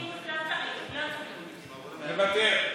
מוותר.